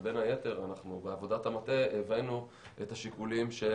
ובין היתר בעבודת המטה הבאנו את השיקולים של